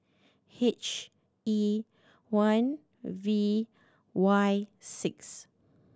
H E one V Y six